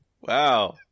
Wow